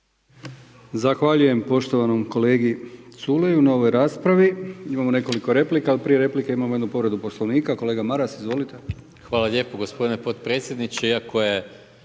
Zahvaljujem poštovanom kolegi Culelju na ovoj raspravi. Imamo nekoliko replika, ali prije replika imamo jednu povredu Poslovnika. Kolega Maras izvolite. **Maras, Gordan (SDP)** Hvala lijepo gospodine potpredsjedniče.